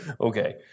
Okay